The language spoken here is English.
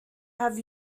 have